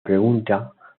pregunta